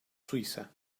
suiza